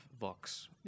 Vox